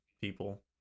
people